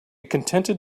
contented